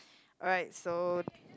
alright so